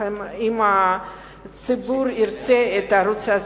אם הציבור ירצה את הערוץ הזה.